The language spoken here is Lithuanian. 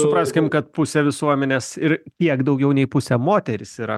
supraskim kad pusė visuomenės ir kiek daugiau nei pusė moterys yra